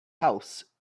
house